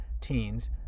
teens